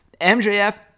MJF